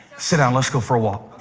sit down. let's go for a walk.